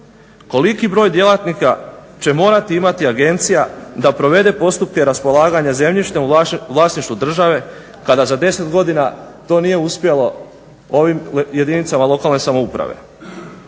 koliki broj djelatnika će morati imati agencija da provede postupke raspolaganja zemljištem u vlasništvu države kada za 10 godina to nije uspjelo ovim jedinicama lokalne samouprave.